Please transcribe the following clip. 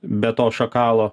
be to šakalo